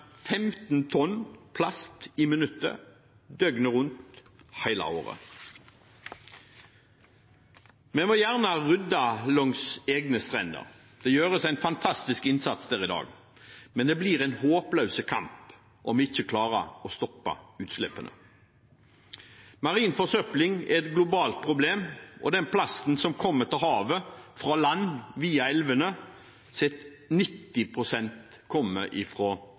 15 tonn plast i minuttet, døgnet rundt, hele året. Vi må gjerne rydde langs våre egne strender – det gjøres en fantastisk innsats for det i dag – men det blir en håpløs kamp om vi ikke klarer å stoppe utslippene. Marin forsøpling er et globalt problem, og av den plasten som kommer til havet fra land via elvene, kommer